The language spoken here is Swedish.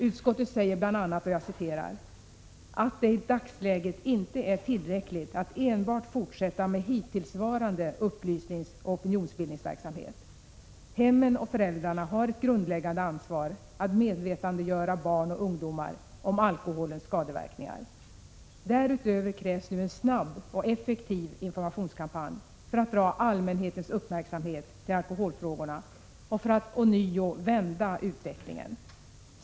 Utskottet säger bl.a. ”att det i dagsläget inte är tillräckligt att enbart fortsätta med hittillsvarande upplysningsoch opinionsbildningsverksamhet. Hemmen och föräldrarna har ett grundläggande ansvar att medvetandegöra barn och ungdomar om alkoholens skadeverkningar. Därutöver krävs nu en snabb och effektiv informationskampanj för att dra allmänhetens uppmärksamhet till alkoholfrågorna och för att ånyo vända utvecklingen.